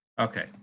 Okay